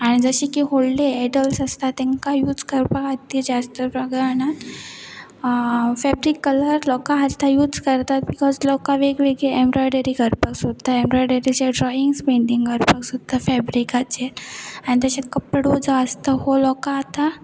आनी जशे की व्हडले एडल्स आसता तांकां यूज करपा खातीर जास्त प्रकारान फेब्रीक कलर लोकां हालता यूज करतात बिकॉज लोकां वेगवेगळी एम्ब्रॉयडरी करपाक सोदता एम्ब्रॉयडरीचे ड्रॉइींग्स पेंटिंग करपाक सोदां फेब्रिकाचेर आनी तशेच कपडो जो आसता हो लोकां आतां